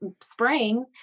spring